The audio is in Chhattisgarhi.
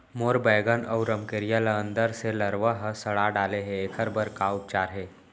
मोर बैगन अऊ रमकेरिया ल अंदर से लरवा ह सड़ा डाले हे, एखर बर का उपचार हे?